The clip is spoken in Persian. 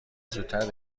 زودتر